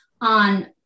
on